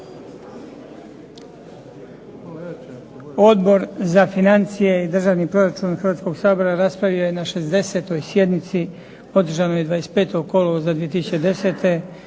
Odbor za financije i državni proračun Hrvatskog sabora raspravio je na 60. sjednici održanoj 25. kolovoza 2010.